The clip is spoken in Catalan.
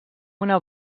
una